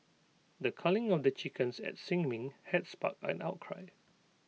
the culling of the chickens at sin Ming had sparked an outcry